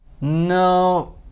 No